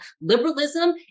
Liberalism